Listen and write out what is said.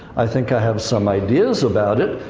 i think i have some ideas about it,